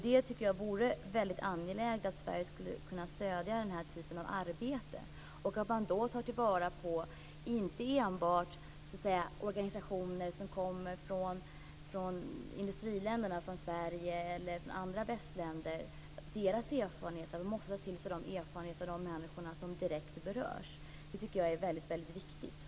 Jag tycker att det är mycket angeläget att Sverige kan stödja den här typen av arbete och att man då inte enbart tar till vara erfarenheter från organisationer som kommer från industriländer, från Sverige eller från andra västländer, utan också tar till sig erfarenheter från de människor som direkt berörs. Jag tycker att det är mycket viktigt.